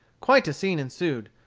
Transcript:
quite a scene ensued.